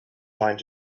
trying